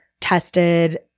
tested